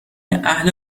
اهل